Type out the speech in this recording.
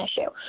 issue